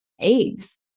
eggs